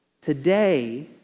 today